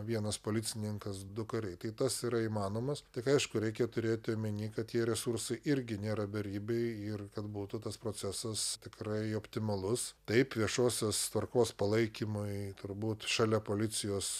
vienas policininkas du kariai tai tas yra įmanomas tik aišku reikia turėti omeny kad tie resursai irgi nėra beribiai ir kad būtų tas procesas tikrai optimalus taip viešosios tvarkos palaikymui turbūt šalia policijos